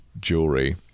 jewelry